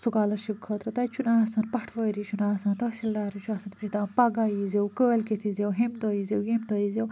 scholarship خٲطرٕ تَتہِ چھُنہٕ آسان پٹھوٲری چھُنہٕ آسان تحصیٖلدارٕے چھُ آسان تِم چھِ دپان پگاہ یِیٖزیٛو کٲلکیٚتھ یِیٖزیٛو ہوٚمہِ دۄہ یِیٖزیٛو ییٚمہِ دۄہ یِیٖزیٛو